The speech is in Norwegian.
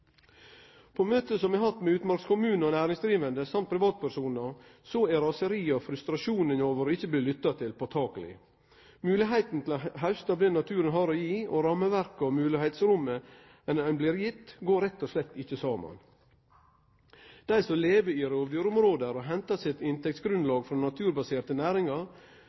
På møter som eg har hatt med utmarkskommunar og næringsdrivande samt privatpersonar, er raseriet og frustrasjonen over å ikkje bli lytta til, påtakeleg. Moglegheita til å hauste av det naturen har å gje, og rammeverket og moglegheitsrommet ein blir gitt, går rett og slett ikkje saman. Dei som lever i rovdyrområda og henter sitt inntektsgrunnlag frå naturbaserte næringar,